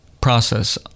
process